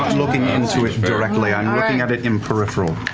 looking into it directly, i'm looking at it in peripheral.